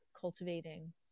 cultivating